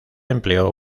empleó